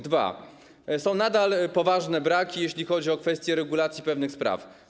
Dwa - są nadal poważne braki, jeśli chodzi o kwestie regulacji pewnych spraw.